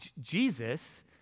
Jesus